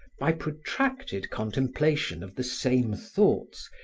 by protracted contemplation of the same thoughts,